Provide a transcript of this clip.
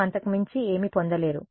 మీరు అంతకు మించి ఏమీ పొందలేరు